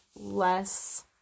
less